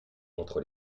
entre